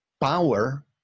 power